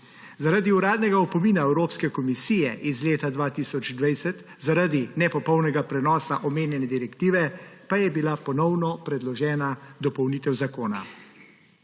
Zaradi uradnega opomina Evropske komisije iz leta 2020 zaradi nepopolnega prenosa omenjene direktive pa je bila ponovno predložena dopolnitev zakona.